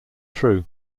true